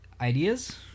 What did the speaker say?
ideas